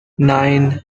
nine